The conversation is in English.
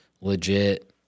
legit